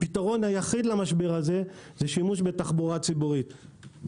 הפתרון היחיד למשבר הזה הוא שימוש בתחבורה ציבורית.